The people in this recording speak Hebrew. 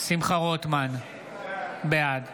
שמחה רוטמן, בעד עידן